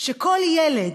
שכל ילד,